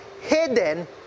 hidden